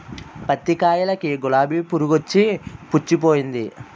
పత్తి కాయలకి గులాబి పురుగొచ్చి పుచ్చిపోయింది